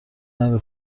نره